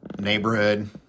neighborhood